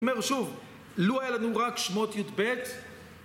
אני אומר שוב, לו היה לנו רק שמות י"ב,